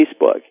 Facebook